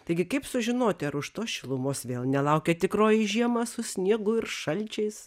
taigi kaip sužinoti ar už tos šilumos vėl nelaukia tikroji žiema su sniegu ir šalčiais